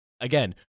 again